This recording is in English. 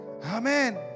Amen